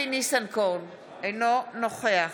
אינו נוכח